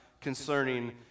concerning